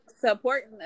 supporting